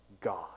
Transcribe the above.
God